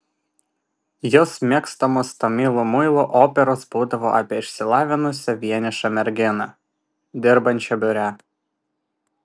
jos mėgstamos tamilų muilo operos būdavo apie išsilavinusią vienišą merginą dirbančią biure